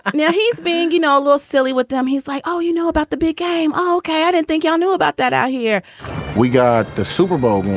um yeah he's being, you know, a little silly with them. he's like, oh, you know about the big game. ok. and and thank you. i'll know about that i hear we got the super bowl.